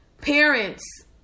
parents